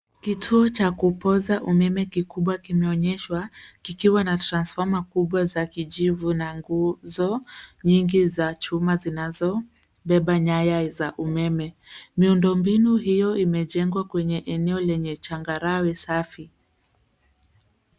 Kituo cha kupooza umeme kikubwa kimeonyeshwa, kikiwa na transfoma kubwa za kijivu na nguzo nyingi za chuma zinazobeba nyaya za umeme. Miundo mbinu hiyo imejengwa kwenye eneo lenye changarawe safi.